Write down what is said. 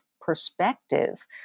perspective